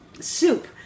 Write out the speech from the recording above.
soup